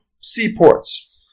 seaports